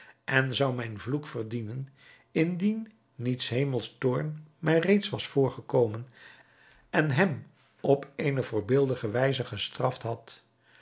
en zou mijn vloek verdienen indien niet s hemels toorn mij reeds was voorgekomen en hem op eene voorbeeldige wijze gestraft had